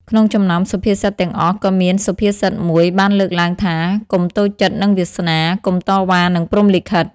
ក្នុងចំណោមសុភាសិតទាំងអស់ក៏មានសុភាសិតមួយបានលើកឡើងថា កុំតូចចិត្តនឹងវាសនា កុំតវ៉ានឹងព្រហ្មលិខិត។